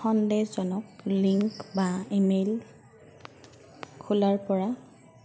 সন্দেহজনক লিংক বা ইমেইল খোলাৰ পৰা